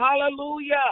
hallelujah